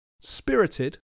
spirited